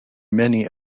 many